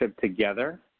together